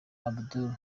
abdul